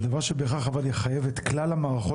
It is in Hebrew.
זה מה שבהכרח אבל יחייב את כלל המערכות